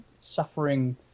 suffering